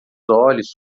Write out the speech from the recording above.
olhos